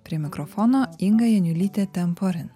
prie mikrofono inga janiulytė temporin